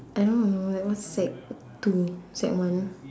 I don't know I was sec two sec one